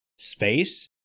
space